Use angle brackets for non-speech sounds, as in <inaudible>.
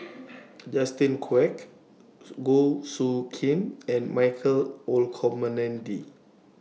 <noise> Justin Quek Goh Soo Khim and Michael Olcomendy